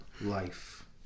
life